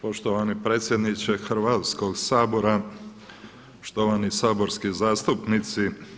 Poštovani predsjedniče Hrvatskih sabora, štovani saborski zastupnici.